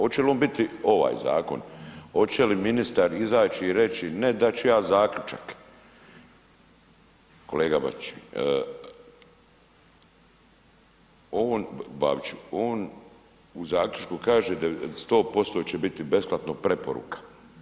Oće li on biti ovaj zakon, oće li ministar izaći i reći ne dat ću ja zaključak, kolega Bačić, Babiću, on u zaključku kaže 100% će biti besplatno preporuka.